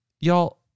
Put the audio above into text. y'all